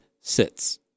sits